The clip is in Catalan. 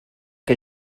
que